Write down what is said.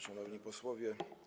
Szanowni Posłowie!